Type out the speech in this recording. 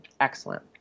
Excellent